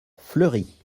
fleury